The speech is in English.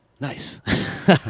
Nice